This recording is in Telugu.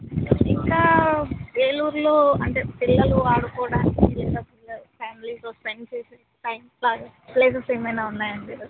ఇంకా ఏలూరులో అంటే పిల్లలు అడుకోవడానికి లేదా పిల్లలు ఫ్యామిలీతో స్పెండ్ చేసే టైమ్ బాగా ప్లేసెస్ ఏమైనా ఉన్నాయండి